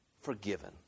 forgiven